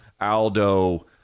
Aldo